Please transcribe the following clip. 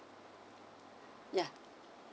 ya